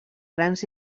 grans